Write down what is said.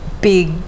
big